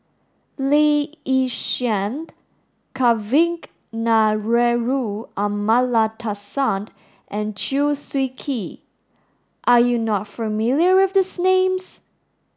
Lee Yi Shyan Kavignareru Amallathasan and Chew Swee Kee are you not familiar with these names